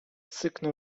syknął